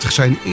zijn